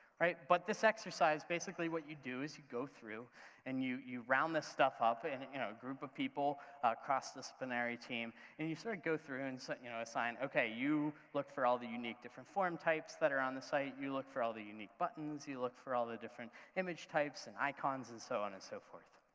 right? but this exercise basically what you do is you go through and you you round this stuff up and a you know group of people, a cross-disciplinary team and you sort of go through and you know assign, okay, you look for all the unique different form types that are on the site, you look for all the unique buttons, you look for all the different image types and icons and so on and so forth,